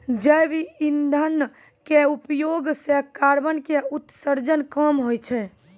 जैव इंधन के उपयोग सॅ कार्बन के उत्सर्जन कम होय छै